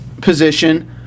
position